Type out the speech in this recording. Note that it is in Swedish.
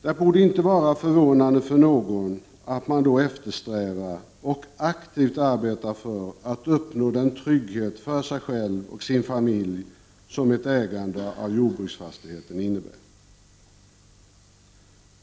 Det borde inte vara förvånande för någon att man då eftersträvar och aktivt arbetar för att uppnå den trygghet för sig själv och sin familj som ett ägande av jordbruksfastigheten innebär.